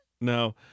no